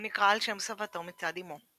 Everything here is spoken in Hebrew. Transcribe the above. הוא נקרא על שם סבתו מצד אמו.